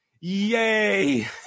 Yay